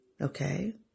Okay